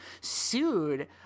sued